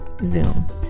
Zoom